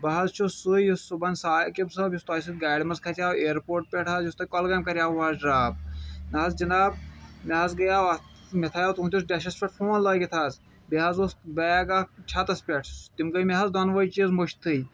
بہٕ حظ چھُس سُے یُس صُبحن ساقِب صٲب یُس تۄہہِ سۭتۍ گاڑِ منٛز کھَژیاو اِیَرپوٹ پٮ۪ٹھ حظ یُس تۄہہِ کۄلگامہِ کَریاوٕ حظ ڈرٛاپ نَہ حظ جناب مےٚ حظ گٔیاو اَتھ مےٚ تھایاو تُہُنٛدِس ڈیشَس پٮ۪ٹھ فون لٲگِتھ حظ بیٚیہِ حظ اوس بیگ اَکھ چھَتَس پٮ۪ٹھ تِم گٔے مےٚ حظ دۄنوے چیٖز مٔشتٕے